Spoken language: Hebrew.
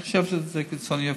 אני חושב שזה קיצוניות ברוכה.